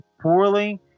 Poorly